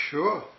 Sure